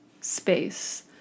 space